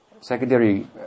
Secondary